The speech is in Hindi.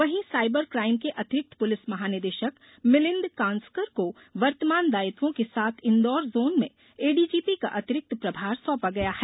वहीं साइबर काइम के अतिरिक्त पुलिस महानिदेशक मिलिन्द कानस्कर को वर्तमान दायित्वों के साथ इंदौर जोन में एडीजीपी का अतिरिक्त प्रभार सौंपा गया है